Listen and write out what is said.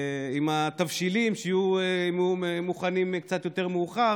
שהתבשילים יהיו מוכנים קצת יותר מאוחר,